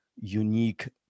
unique